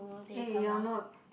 eh you're not